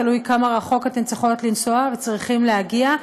תלוי כמה רחוק אתן צריכות לנסוע וצריכים להגיע.